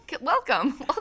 Welcome